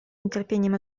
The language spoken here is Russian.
нетерпением